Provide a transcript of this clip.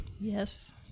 Yes